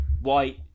White